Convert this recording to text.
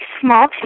small